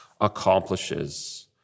accomplishes